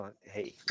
Hey